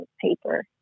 paper